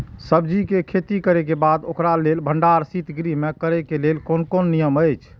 सब्जीके खेती करे के बाद ओकरा लेल भण्डार शित गृह में करे के लेल कोन कोन नियम अछि?